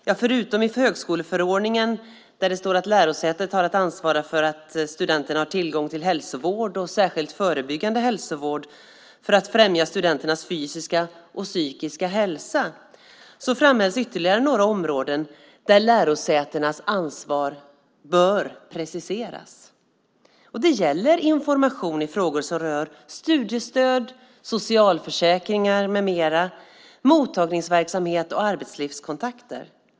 Förutom det som står i högskoleförordningen om att lärosätet har att ansvara för att studenterna har tillgång till hälsovård, särskilt förebyggande hälsovård, för att främja studenternas fysiska och psykiska hälsa framhålls ytterligare några områden där lärosätenas ansvar bör preciseras. Det gäller information i frågor som rör studiestöd, socialförsäkringar med mera, mottagningsverksamhet och arbetslivskontakter.